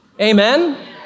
amen